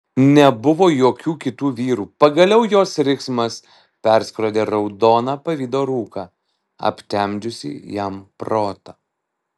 nebuvo jokių kitų vyrų pagaliau jos riksmas perskrodė raudoną pavydo rūką aptemdžiusį jam protą